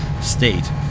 state